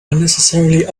unnecessarily